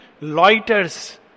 loiter's